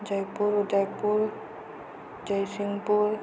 Jaipur Udaipur Jaysingpur